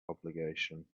obligation